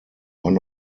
one